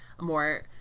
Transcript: more